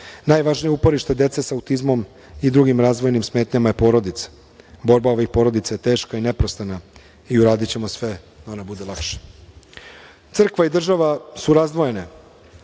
Najvažnije uporište dece sa automatizmom i drugim razvojnim smetnjama je porodica, borba ovih porodica je teška i neprestana i uradićemo sve da ona bude lakše. Crkva i država su razdvojene.